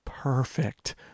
perfect